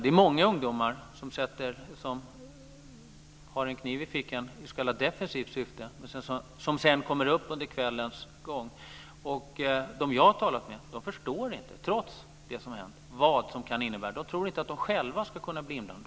Det är många ungdomar som har en kniv i fickan i s.k. defensivt syfte som sedan kommer upp under kvällens gång. De jag har talat med förstår inte, trots det som har hänt, vad det kan innebära. De tror inte att de själva ska kunna bli indragna.